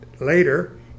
later